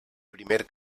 primer